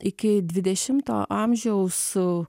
iki dvidešimto amžiaus